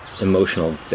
emotional